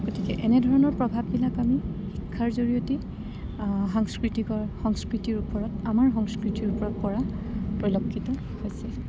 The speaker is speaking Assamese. গতিকে এনেধৰণৰ প্ৰভাৱবিলাক আমি শিক্ষাৰ জৰিয়তে সাংস্কৃতিকৰ সংস্কৃতিৰ ওপৰত আমাৰ সংস্কৃতিৰ ওপৰত পৰা পৰিলক্ষিত হৈছে